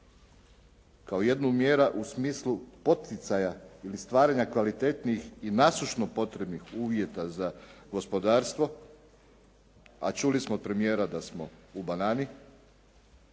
kao jednu od mjera u smislu poticaja ili stvaranja kvalitetnijih i nasušno potrebnih uvjeta za gospodarstvo, a čuli smo od premijera da smo u banani.